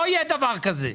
לא יהיה דבר כזה.